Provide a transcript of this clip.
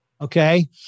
okay